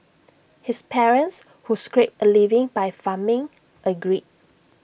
his parents who scraped A living by farming agreed